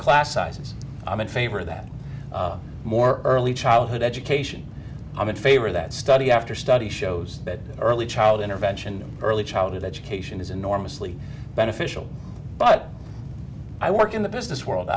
class sizes i'm in favor of that more early childhood education i'm in favor of that study after study shows that early child intervention early childhood education is enormously beneficial but i work in the business